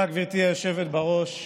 תודה, גברתי היושבת בראש.